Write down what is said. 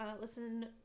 Listen